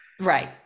Right